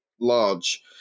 large